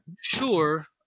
sure